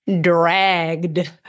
dragged